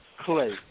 clay